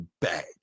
bad